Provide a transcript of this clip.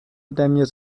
téměř